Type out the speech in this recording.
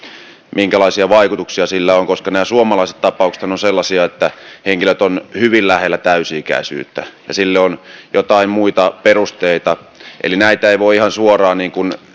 minkälaisia vaikutuksia sillä on koska nämä suomalaiset tapauksethan ovat sellaisia että henkilöt ovat hyvin lähellä täysi ikäisyyttä ja niille on joitain muita perusteita eli kaikkia lapsiavioliittoja ei voi ihan suoraan